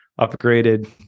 upgraded